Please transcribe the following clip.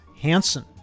Hansen